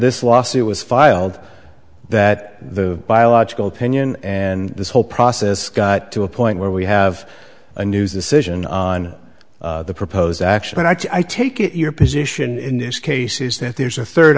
this lawsuit was filed that the biological opinion and this whole process got to a point where we have a news decision on the proposed action and i take it your position in this case is that there's a third